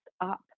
up